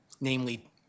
namely